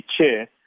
chair